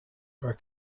are